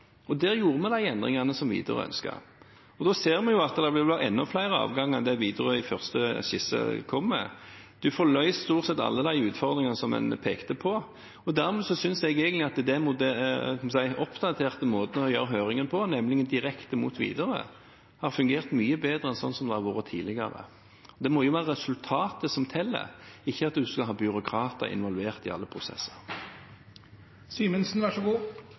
Der gjorde vi de endringene som Widerøe ønsket, og da ser vi jo at det vil være enda flere avganger enn det Widerøe først skisserte. Vi får løst stort sett alle de utfordringene som en pekte på, og dermed synes jeg egentlig at den oppdaterte måten å gjennomføre høringen på, nemlig direkte mot Widerøe, har fungert mye bedre enn sånn som det har vært tidligere. Det må jo være resultatet som teller, ikke at det skal være byråkrater involvert i alle prosesser.